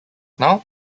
now